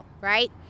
right